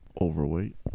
Overweight